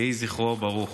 יהי זכרו ברוך.